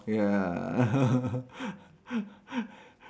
ya